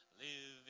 living